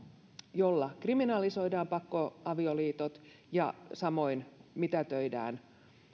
jolla kriminalisoidaan pakko avioliitot ja samoin mitätöidään